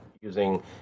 using